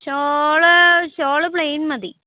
shawl shawl plain മതി